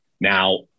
Now